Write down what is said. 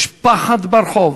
יש פחד ברחוב,